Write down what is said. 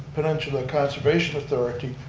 peninsula conservation authority.